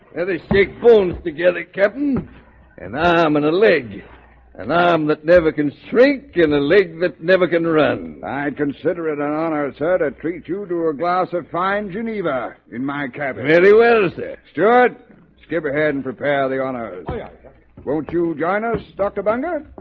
here they sneak phones to get it captain and i'm gonna leg and i'm that never constrict in a leg that never can run i consider it an honor sir to treat you to a glass of fine geneva in my cabin. eerie will sit good skip ahead and prepare the honors. yeah won't you join us doctor bunga?